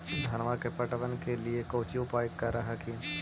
धनमा के पटबन के लिये कौची उपाय कर हखिन?